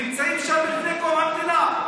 הם נמצאים שם מלפני קום המדינה.